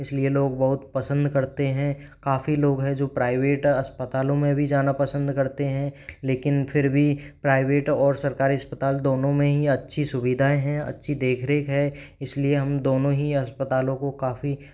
इसलिए लोग बहुत पसंद करते हैं काफ़ी लोग हैं जो प्राइवेट अस्पतालों में भी जाना पसंद करते है लेकिन फिर भी प्राइवेट और सरकारी अस्पताल दोनों में ही अच्छी सुविधाएं है अच्छी देख रेख है इसलिए हम दोनों ही अस्पतालों को काफ़ी